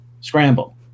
scramble